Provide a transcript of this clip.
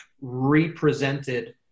represented